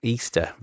Easter